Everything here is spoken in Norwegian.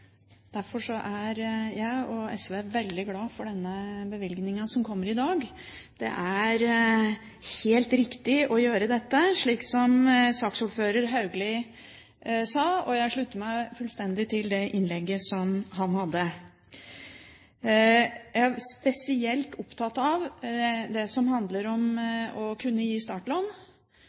Derfor er jeg og SV veldig glad for den bevilgningen som kommer i dag. Det er helt riktig å gjøre dette, slik som saksordføreren, Haugli, sa, og jeg slutter meg fullstendig til det innlegget han hadde. Jeg er spesielt opptatt av det som handler om å kunne gi startlån,